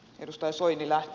edustaja soini lähti